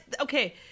okay